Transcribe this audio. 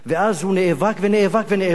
ואז הוא נאבק ונאבק ונאבק,